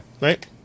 Right